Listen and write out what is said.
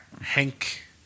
Hank